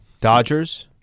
Dodgers